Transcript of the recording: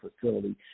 facility